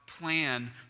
plan